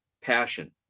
passion